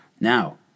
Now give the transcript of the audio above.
Now